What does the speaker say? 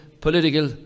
political